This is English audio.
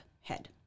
head